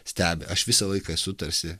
stebi aš visą laiką esu tarsi